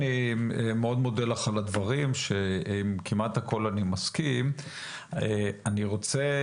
אני מאוד מודה לך על הדברים שעל כמעט על כולם אני מסכים אני רוצה